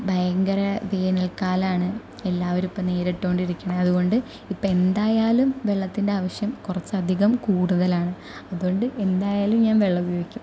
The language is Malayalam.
ഭയങ്കര വേനൽക്കാലമാണ് എല്ലാവരും ഇപ്പോൾ നേരിട്ടുകൊണ്ടിരിക്കുന്നത് അതുകൊണ്ട് ഇപ്പോൾ എന്തായാലും വെള്ളത്തിൻ്റെ ആവശ്യം കുറച്ച് അധികം കൂടുതലാണ് അതുകൊണ്ട് എന്തായാലും ഞാൻ വെള്ളം ഉപയോഗിക്കും